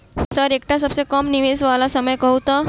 Sir एकटा सबसँ कम समय वला निवेश कहु तऽ?